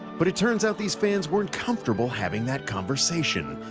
but it turns out these fans weren't comfortable having that conversation.